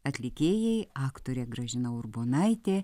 atlikėjai aktorė gražina urbonaitė